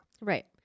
Right